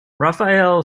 rafael